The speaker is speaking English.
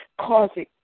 Causing